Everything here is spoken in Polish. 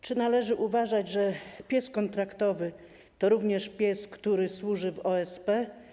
Czy należy uważać, że pies kontraktowy to również pies, który służy w OSP?